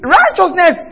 righteousness